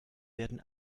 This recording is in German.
werden